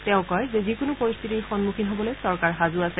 তেওঁ কয় যে যিকোনো পৰিস্থিতিৰ সন্মুখীন হবলৈ চৰকাৰ সাজু আছে